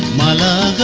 la la